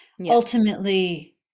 ultimately